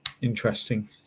interesting